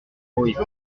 poétique